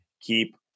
keep